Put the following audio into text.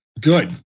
Good